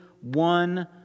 one